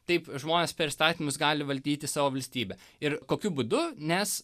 taip žmonės per įstatymus gali valdyti savo valstybę ir kokiu būdu nes